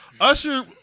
Usher